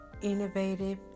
innovative